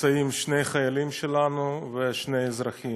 נמצאים שני חיילים שלנו ושני אזרחים.